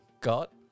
Got